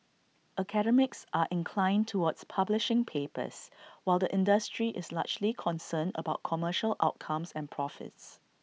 academics are inclined towards publishing papers while the industry is largely concerned about commercial outcomes and profits